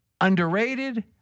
underrated